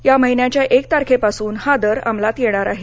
या महिन्याच्या एक तारखेपासून हा दर अमलात येणार आहे